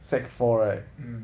sec four right